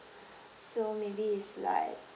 so maybe it's like